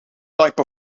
type